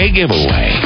giveaway